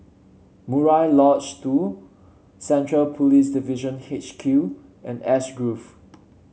Murai Lodge Two Central Police Division HQ and Ash Grove